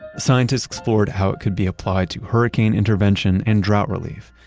scientists explored how it could be applied to hurricane intervention and drought relief.